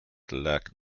lack